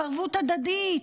עם ערבות הדדית,